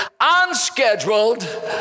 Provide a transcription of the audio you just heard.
unscheduled